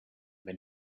wenn